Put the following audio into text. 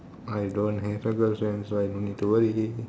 I don't have a girlfriend so I don't need to worry